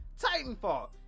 Titanfall